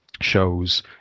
shows